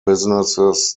businesses